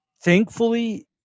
thankfully